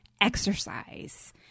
exercise